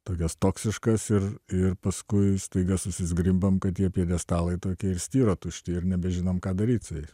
tokias toksiškas ir ir paskui staiga susizgrimbam kad tie pjedestalai tokie ir styro tušti ir nebežinom ką daryti su jais